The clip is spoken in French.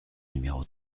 numéro